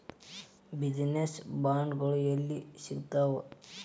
Business ಬಾಂಡ್ಗಳು ಯೆಲ್ಲಿ ಸಿಗ್ತಾವ?